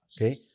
okay